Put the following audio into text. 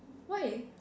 why